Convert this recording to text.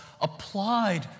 applied